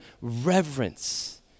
reverence